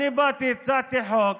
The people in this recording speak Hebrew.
אני באתי והצעתי חוק